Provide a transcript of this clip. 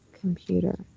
computer